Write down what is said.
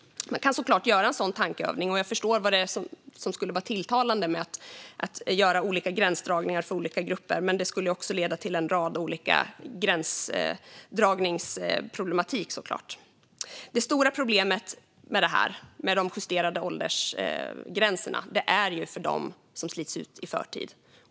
Man kan såklart göra en sådan tankeövning, och jag förstår vad som skulle vara tilltalande med att göra olika gränsdragningar för olika grupper. Men det skulle också leda till en rad olika gränsdragningsproblem. Det stora problemet med de justerade åldersgränserna är för dem som slits ut i förtid.